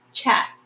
chat